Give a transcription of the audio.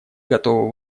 готовы